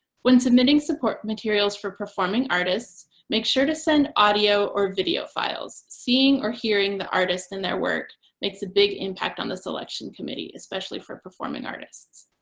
when submitting support materials for performing artists, make sure to send audio or video files. seeing or hearing the artist in their work makes a big impact on the selection committee, especially for performing artists.